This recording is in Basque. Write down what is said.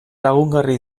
lagungarri